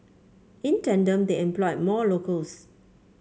in tandem they employed more locals